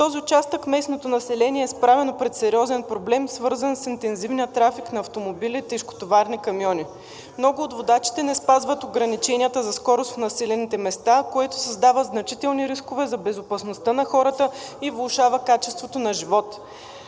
този участък местното население е изправено пред сериозен проблем, свързан с интензивния трафик на автомобили и тежкотоварни камиони. Много от водачите не спазват ограниченията за скорост в населените места, което създава значителни рискове за безопасността на хората и влошава качеството на живот.